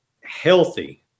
healthy